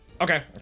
Okay